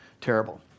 Terrible